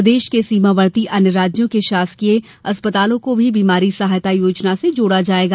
प्रदेश के सीमावर्ती अन्य राज्यों के शासकीय चिकित्सालयों को भी बीमारी सहायता योजना में जोड़ा जायेगा